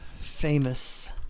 famous